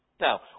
Now